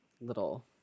little